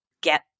get